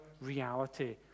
reality